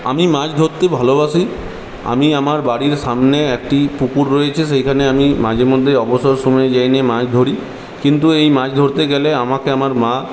আমি মাছ ধরতে ভালোবাসি আমি আমার বাড়ির সামনে একটি পুকুর রয়েছে সেইখানে আমি মাঝেমধ্যে অবসর সময়ে যাই নিয়ে মাছ ধরি কিন্তু এই মাছ ধরতে গেলে আমাকে আমার মা